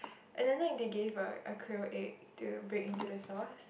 and then like they gave a a quail egg to break into the sauce